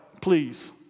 please